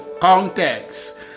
context